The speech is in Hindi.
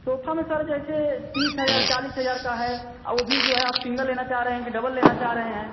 सोफा में सर जैसे तीस हज़ार चालीस हज़ार का है वह भी जो है आप सिंगल लेना चाह रहे हैं कि डबल लेना चाह रहे हैं